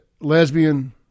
lesbian